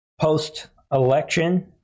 Post-election